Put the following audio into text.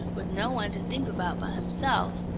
with no one to think about but himself,